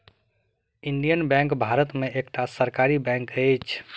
Indian bank भारत में एकटा सरकारी बैंक अछि